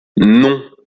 non